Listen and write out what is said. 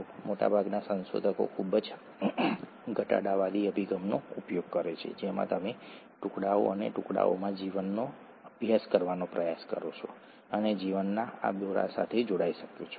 તે માનવ જીનોમ પ્રોજેક્ટના ભાગ રૂપે બનાવવામાં આવ્યું હતું પરંતુ તે ખૂબ સરસ રીતે સમજાવે છે કે પ્રોટીન કેવી રીતે બનાવવામાં આવે છે ઠીક છે